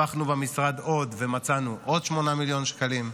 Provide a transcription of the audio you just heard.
הפכנו במשרד עוד ומצאנו עוד 8 מיליון שקלים,